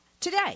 today